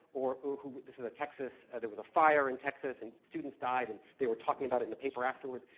or, who, this is a texas, there was a fire in texas and students died and they were talking about it in the paper afterwards.